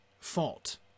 fault